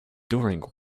during